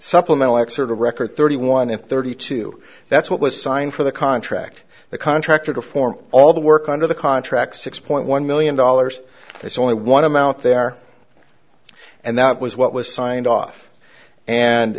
supplemental axert a record thirty one and thirty two that's what was signed for the contract the contractor perform all the work under the contract six point one million dollars there's only one i'm out there and that was what was signed off and